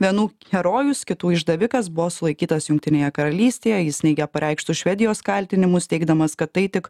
vienų herojus kitų išdavikas buvo sulaikytas jungtinėje karalystėje jis neigia pareikštus švedijos kaltinimus teigdamas kad tai tik